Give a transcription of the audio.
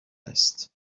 است